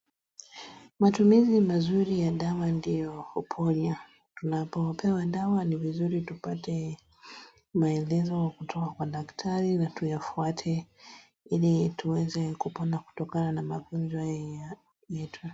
Matumizi mazuri ya dawa ndiyo huponya. Tunapopewa dawa ni vizuri tupate maelezo kutoka kwa dakitari na tuyafuate hili tuweze kupona kutokana na magonjwa yetu.